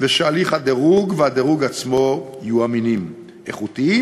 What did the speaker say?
ושהליך הדירוג והדירוג עצמו יהיו אמינים ואיכותיים